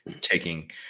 taking